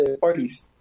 parties